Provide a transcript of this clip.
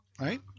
Right